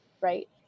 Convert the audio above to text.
right